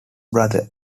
brothers